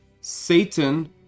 Satan